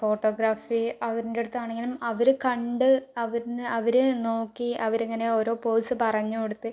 photography അതിൻ്റെ അടുത്താണെങ്കിലും അവരെ കണ്ട് അവരെ അവരെ നോക്കി അവരിങ്ങനെ ഓരോ പോസ് പറഞ്ഞു കൊടുത്ത്